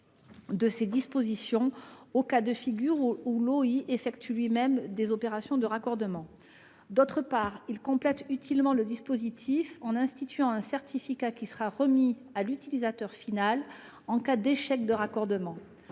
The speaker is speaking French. de ces dispositions aux cas où l'opérateur d'infrastructure effectue lui-même des opérations de raccordement. Ensuite, il vise à compléter utilement le dispositif en instituant un certificat qui sera remis à l'utilisateur final en cas d'échec de raccordement.